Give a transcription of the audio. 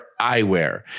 eyewear